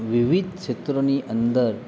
વિવિધ ક્ષેત્રોની અંદર